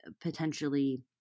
potentially